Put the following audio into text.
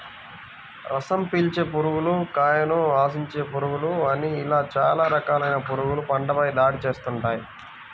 రసం పీల్చే పురుగులు, కాయను ఆశించే పురుగులు అని ఇలా చాలా రకాలైన పురుగులు పంటపై దాడి చేస్తుంటాయి